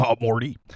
morty